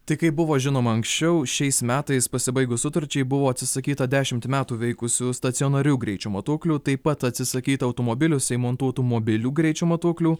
tai kaip buvo žinoma anksčiau šiais metais pasibaigus sutarčiai buvo atsisakyta dešimt metų veikusių stacionarių greičio matuoklių taip pat atsisakyta automobiliuose įmontuotų mobilių greičio matuoklių